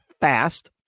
fast